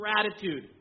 gratitude